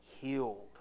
healed